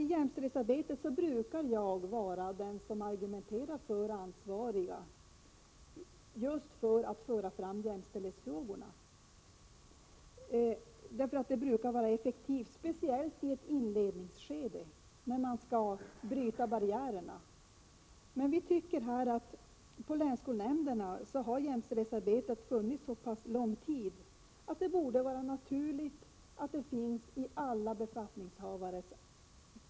I jämställdhetsarbetet brukar jag vara den som argumenterar för att några grupper av personer skall vara ansvariga för att föra fram just jämställdhetsfrågorna — detta brukar nämligen vara effektivt, speciellt i ett inledningsskede då barriärer skall brytas. Nu tycker vi socialdemokrater att jämställdhetsarbetet har pågått så länge att det är ett naturligt ansvar för alla befattningshavare.